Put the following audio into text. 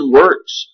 works